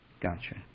Gotcha